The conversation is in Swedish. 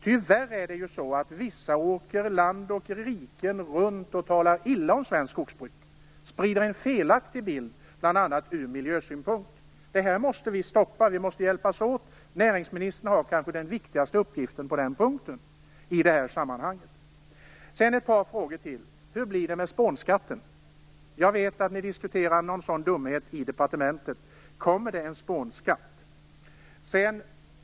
Tyvärr åker vissa land och rike runt och talar illa om svenskt skogsbruk, sprider en felaktig bild, bl.a. ur miljösynpunkt. Det måste vi stoppa. Vi måste hjälpas åt. Näringsministern har kanske den viktigaste uppgiften i det avseendet. Jag har ett par frågor till: Hur blir det med spånskatten? Jag vet att ni diskuterar en sådan dumhet i departementet. Kommer det en spånskatt?